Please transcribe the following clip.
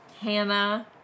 Hannah